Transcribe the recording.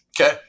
Okay